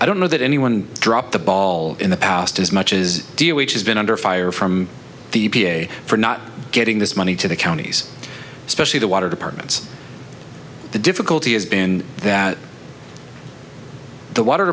i don't know that anyone dropped the ball in the past as much as deal which has been under fire from the v a for not getting this money to the counties especially the water departments the difficulty has been that the water